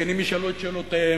והזקנים ישאלו את שאלותיהם,